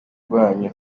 rwanyu